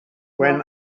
when